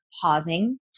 pausing